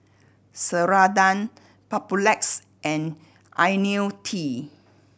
Ceradan Papulex and Ionil T